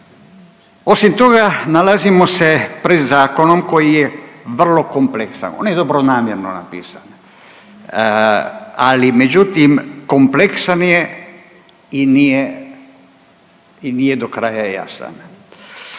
Osim toga nalazimo se pred zakonom koji je vrlo kompleksan. On je dobronamjerno napisan, ali međutim kompleksan je i nije i nije dokraja jasan.